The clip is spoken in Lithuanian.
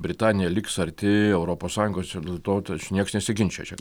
britanija liks arti europos sąjungos ir dėl to čia nieks nesiginčija čia